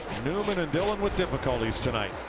newman and dillon with difficulties tonight.